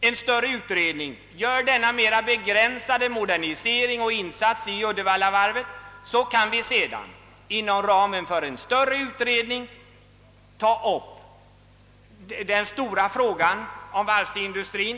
en större utredning gör denna mera begränsade modernisering av Uddevallavarvet, kan vi sedan inom ramen för en större utredning ta upp frågan om en insats för varvsindustrin som sådan.